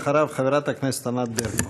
אחריו, חברת הכנסת ענת ברקו.